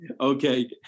Okay